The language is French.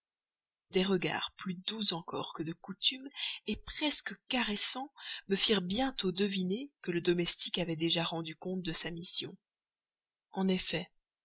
des regards plus doux encore que de coutume presque caressants me firent bientôt deviner que le domestique avait déjà rendu compte de sa mission en effet